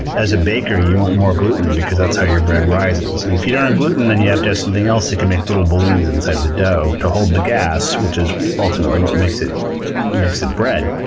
as a baker you want more gluten because that's how your bread rises, and if you don't have gluten then you have to have something else that can make little balloons inside the dough to hold the gas which is ultimately what makes it makes it bread.